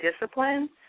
discipline